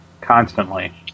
constantly